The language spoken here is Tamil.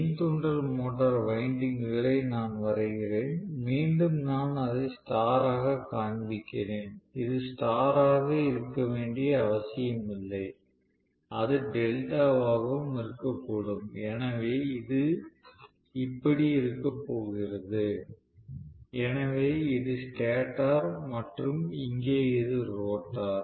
மின் தூண்டல் மோட்டார் வைண்டிங்க்குகளை நான் வரைகிறேன் மீண்டும் நான் அதை ஸ்டார் ஆக காண்பிக்கிறேன் அது ஸ்டார் ஆக இருக்க வேண்டிய அவசியமில்லை அது டெல்டா ஆகவும் இருக்கக்கூடும் எனவே இது எப்படி இருக்கப் போகிறது எனவே இது ஸ்டேட்டர் மற்றும் இங்கே இது ரோட்டார்